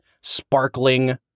sparkling